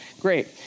Great